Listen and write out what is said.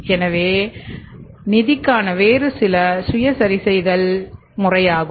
எனவே இது நிதிக்கான வேறு சில சுய சரிசெய்தல் முறையாகும்